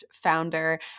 founder